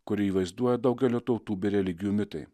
kurį vaizduoja daugelio tautų bei religijų mitai